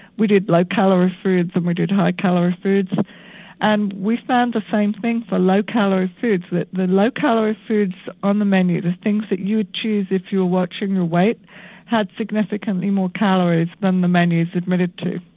we did low calorie foods then we did high calorie foods and we found the same thing for low calorie foods that the low calorie foods on the menu, the things that you would choose if you were watching your weight had significantly more calories than the menus admitted to.